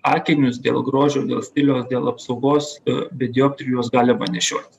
akinius dėl grožio dėl stiliaus dėl apsaugos be dioptrijų juos galima nešioti